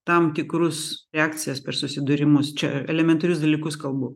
tam tikrus reakcijas per susidūrimus čia elementarius dalykus kalbu